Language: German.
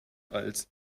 als